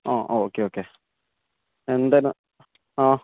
ആ okay okay എന്തായിരുന്നു ആ